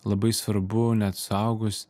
labai svarbu net suaugus